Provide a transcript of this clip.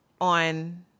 on